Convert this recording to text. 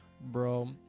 bro